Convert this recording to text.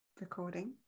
recording